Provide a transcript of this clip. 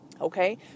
Okay